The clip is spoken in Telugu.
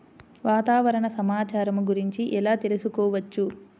వాతావరణ సమాచారము గురించి ఎలా తెలుకుసుకోవచ్చు?